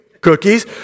Cookies